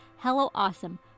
HelloAwesome